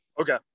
Okay